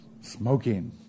smoking